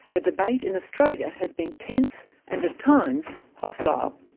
the debate in australia has been tense, and at times hostile.